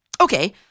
Okay